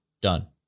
done